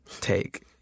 take